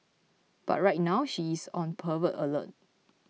but right now she is on pervert alert